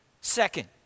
Second